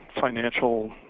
financial